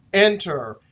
enter,